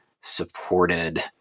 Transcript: supported